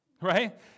Right